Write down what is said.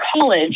college